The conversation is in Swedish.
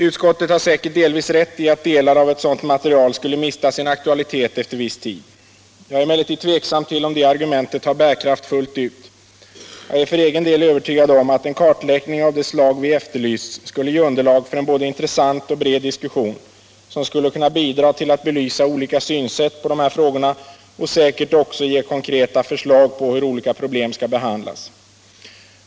Utskottet har säkert delvis rätt i att delar av ett sådant material skulle mista sin aktualitet efter en viss tid, men jag är tveksam om detta argument har bärkraft fullt ut. Jag är för egen del övertygad om att en kartläggning av det slag som vi efterlyst skulle ge underlag för en både intressant och bred diskussion, som skulle kunna bidra till att belysa olika synsätt på dessa frågor och säkert också ge konkreta förslag på hur olika problem skall behandlas.